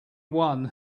one